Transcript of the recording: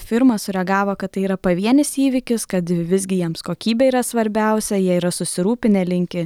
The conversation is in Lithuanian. firma sureagavo kad tai yra pavienis įvykis kad visgi jiems kokybė yra svarbiausia jie yra susirūpinę linki